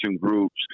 groups